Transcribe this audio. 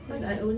really